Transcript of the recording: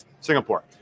Singapore